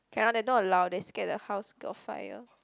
cannot they don't allow they scared the house got fire